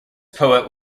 poet